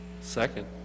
Second